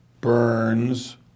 Burns